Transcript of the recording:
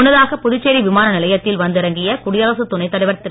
முன்னதாக புதுச்சேரி விமான நிலையத்தில் வந்து இறங்கிய குடியரசு துணைத் தலைவர் திரு